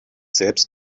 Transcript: selber